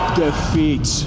defeat